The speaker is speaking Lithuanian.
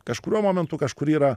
kažkuriuo momentu kažkur yra